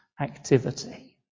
activity